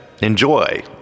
Enjoy